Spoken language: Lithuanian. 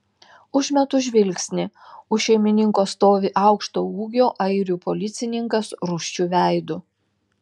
užmetu žvilgsnį už šeimininko stovi aukšto ūgio airių policininkas rūsčiu veidu